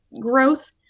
growth